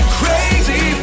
crazy